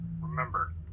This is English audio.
Remember